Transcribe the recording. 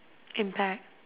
impact